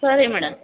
ಸರಿ ಮೇಡಮ್